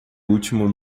último